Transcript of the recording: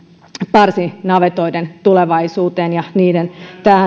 parsinavetoiden tulevaisuuteen ja niiden